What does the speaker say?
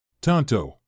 Tonto